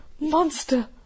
Monster